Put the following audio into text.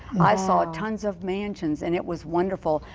i saw tons of mansions and it was wonderful.